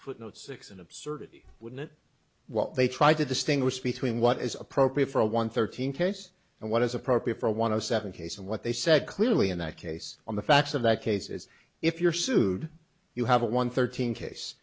footnote six in absurdity wouldn't it what they tried to distinguish between what is appropriate for a one thirteen case and what is appropriate for one of seven case and what they said clearly in that case on the facts of that case is if you're sued you have won thirteen case